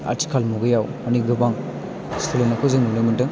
आथिखाल मुगायाव माने गोबां सोलायनायखौ जों नुनो मोनदों